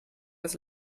bis